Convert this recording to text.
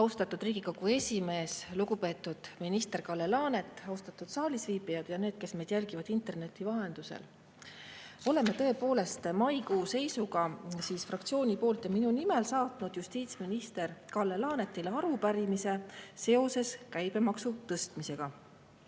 Austatud Riigikogu esimees! Lugupeetud minister Kalle Laanet! Austatud saalis viibijad ja need, kes meid jälgivad interneti vahendusel! Oleme tõepoolest maikuu seisuga fraktsiooni poolt ja minu nimel saatnud justiitsminister Kalle Laanetile arupärimise seoses käibemaksu tõstmisega.